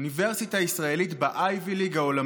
אוניברסיטה ישראלית ב-Ivy League העולמית.